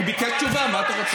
הוא ביקש תשובה, מה אתה רוצה?